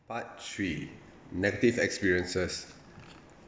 part three negative experiences